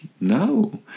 no